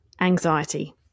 anxiety